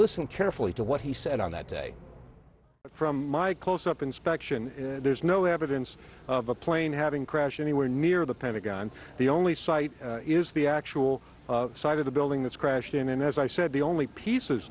listen carefully to what he said on that day from my close up inspection there's no evidence of a plane having crashed anywhere near the pentagon the only site is the actual site of the building that's crashed in and as i said the only pieces